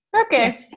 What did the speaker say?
Okay